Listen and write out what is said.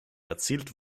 erzielt